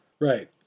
Right